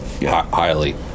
highly